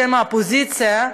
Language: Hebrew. בשם האופוזיציה,